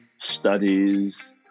studies